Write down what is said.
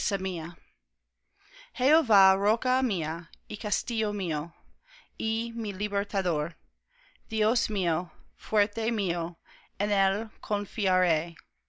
mía jehová roca mía y castillo mío y mi libertador dios mío fuerte mío